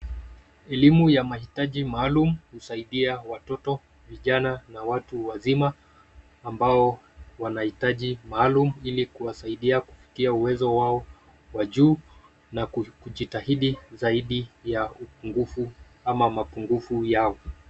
Elimu ya mahitaji maalumu husaidia watoto, vijana na watu wazima ambao wanaitaji maalumu ili kuwasaidia kufikia uwezo wao wa juu na kujitahidi zaidi ya upungufu ama mapungufu yao.